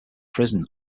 prison